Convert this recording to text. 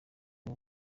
ari